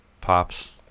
Pops